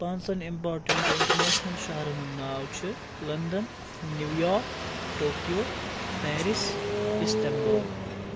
پانٛژَن important international شَہرن ہُنٛد ناو چھُ London New York Tokyo Paris Istanbul